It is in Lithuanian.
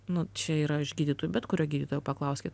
nu čia yra iš gydytojų bet kurio gydytojo paklauskit